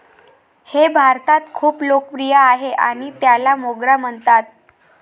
हे भारतात खूप लोकप्रिय आहे आणि त्याला मोगरा म्हणतात